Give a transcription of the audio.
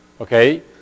okay